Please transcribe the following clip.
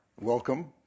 Welcome